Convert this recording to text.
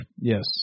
Yes